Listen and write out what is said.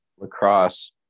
lacrosse